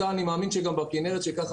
אני חושב שגם בכינרת זה קיים,